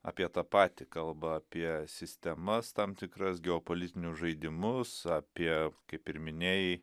apie tą patį kalba apie sistemas tam tikras geopolitinius žaidimus apie kaip ir minėjai